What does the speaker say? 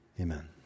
Amen